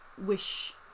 wish